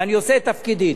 ואני עושה את תפקידי.